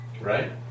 Right